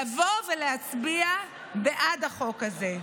לבוא ולהצביע בעד החוק הזה.